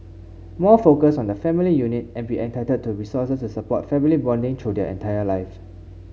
more focus on the family unit and be entitled to resources to support family bonding throughout their entire life